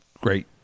great